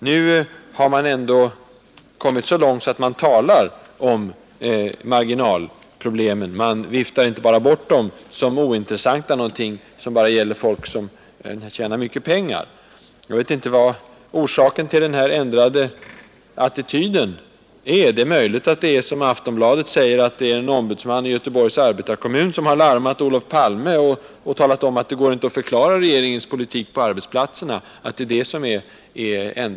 Nu har man ändå kommit så långt att man talar om marginalproblemen; man viftar inte bara bort dem som ointressanta, som om de bara gällde folk som tjänar mycket pengar. Jag vet inte vad orsaken till den här förändrade attityden är. Det är möjligt att orsaken är som Aftonbladet säger, att en ombudsman i Göteborgs arbetarekommun har larmat Olof Palme och talat om att det inte går att förklara regeringens politik ute på arbetsplatserna.